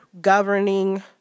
governing